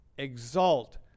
Exalt